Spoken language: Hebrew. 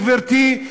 גברתי,